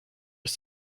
ist